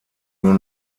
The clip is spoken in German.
nur